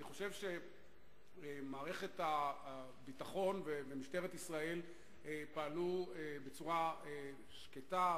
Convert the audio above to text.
אני חושב שמערכת הביטחון ומשטרת ישראל פעלו בצורה שקטה,